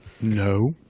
No